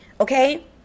Okay